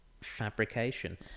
fabrication